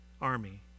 army